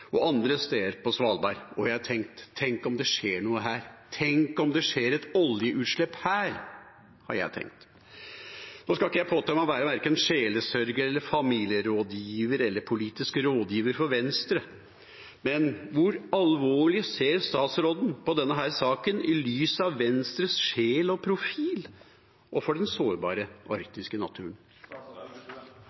og andre steder på Svalbard, og jeg har tenkt: Tenk om det skjer noe her! Tenk om det skjer et oljeutslipp her, har jeg tenkt. Nå skal ikke jeg påta meg å være verken sjelesørger eller familierådgiver eller politisk rådgiver for Venstre, men hvor alvorlig ser statsråden på denne saken, i lys av Venstres sjel og profil og den sårbare arktiske naturen?